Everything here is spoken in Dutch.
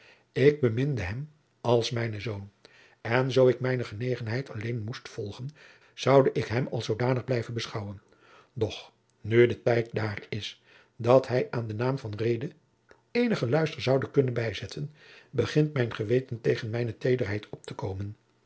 ik beminde hem als mijnen zoon en zoo ik mijne genegenheid alleen moest volgen zoude ik hem als zoodanig blijven beschouwen doch nu de tijd daar is dat hij aan den naam van reede eenigen luister zoude kunnen bijzetten begint mijn geweten tegen mijne tederheid op te komen